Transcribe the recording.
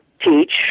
teach